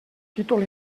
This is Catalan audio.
títol